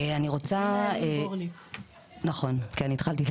אני רוצה קודם לומר